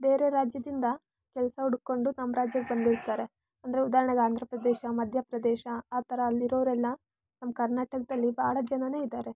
ಬೇರೆ ರಾಜ್ಯದಿಂದ ಕೆಲಸ ಹುಡ್ಕೊಂಡು ನಮ್ಮ ರಾಜ್ಯಕ್ಕೆ ಬಂದಿರ್ತಾರೆ ಅಂದರೆ ಉದಾಹರಣೆಗೆ ಆಂಧ್ರ ಪ್ರದೇಶ ಮಧ್ಯ ಪ್ರದೇಶ ಆ ಥರ ಅಲ್ಲಿರೋರೆಲ್ಲ ನಮ್ಮ ಕರ್ನಾಟಕದಲ್ಲಿ ಬಹಳ ಜನನೇ ಇದ್ದಾರೆ